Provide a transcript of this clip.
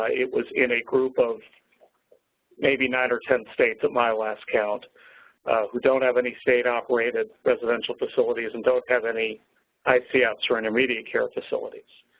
ah it was in a group of maybe nine or ten states that my last count who don't have any state operated residential facilities and don't have any icfs yeah icfs or intermediate care facilities.